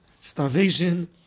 starvation